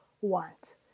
want